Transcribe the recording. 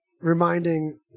reminding